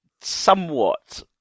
somewhat